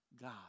God